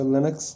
Linux